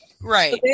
Right